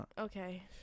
Okay